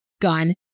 gun